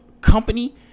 company